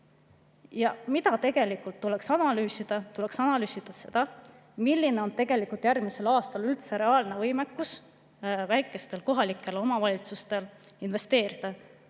Ja mida tegelikult tuleks analüüsida? Tuleks analüüsida seda, milline on järgmisel aastal üldse reaalne võimekus väikestel kohalikel omavalitsustel investeerida.